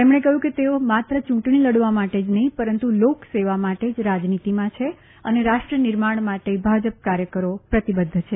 તેમણે કહ્યું કે તેઓ માત્ર ચૂંટણી લડવા માટે જ નફીં પરંતુ લોકસેવા માટે જ રાજનીતિમાં છે અને રાષ્ટ્ર નિર્માણ માટે ભાજપ કાર્યકરો પ્રતિબદ્ધ છે